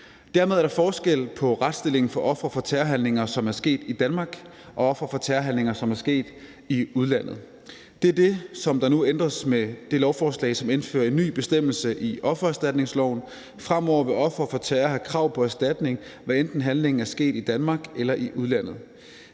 Dermed er der forskel på retsstillingen for ofre for terrorhandlinger, som er sket i Danmark, og ofre for terrorhandlinger, som er sket i udlandet. Det er det, som nu ændres med det lovforslag, som indfører en ny bestemmelse i offererstatningsloven. Fremover vil ofre for terror have krav på erstatning, hvad enten handlingen er sket i Danmark eller i udlandet.